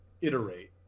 iterate